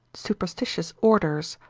superstitious orders,